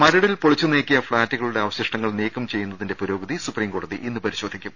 മരടിൽ പൊളിച്ചു നീക്കിയ ഫ്ളാറ്റുകളുടെ അവശിഷ്ടങ്ങൾ നീക്കം ചെയ്യു ന്നതിന്റെ പുരോഗതി സുപ്രീംകോടതി ഇന്ന് പരിശോധിക്കും